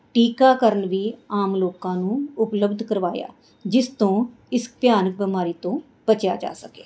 ਟੀਕਾਕਰਨ ਵੀ ਆਮ ਲੋਕਾਂ ਨੂੰ ਉਪਲਬਧ ਕਰਵਾਇਆ ਜਿਸ ਤੋਂ ਇਸ ਭਿਆਨਕ ਬਿਮਾਰੀ ਤੋਂ ਬਚਿਆ ਜਾ ਸਕੇ